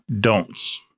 don'ts